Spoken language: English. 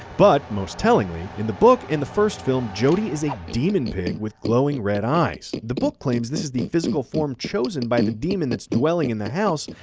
but most tellingly, in the book in the first film, jodie is a demon pig with glowing red eyes. the book claims this is the physical form chosen by the demon that's dwelling in the house.